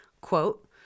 Quote